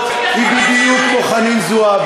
גברתי היושבת-ראש, חברי חברי